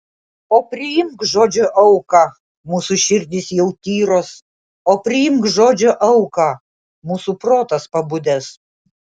o priimk žodžio auką mūsų širdys jau tyros o priimk žodžio auką mūsų protas pabudęs